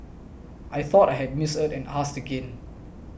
I thought I had misheard and asked again